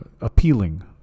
appealing